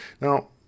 Now